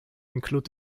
include